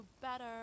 Better